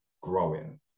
growing